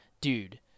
Dude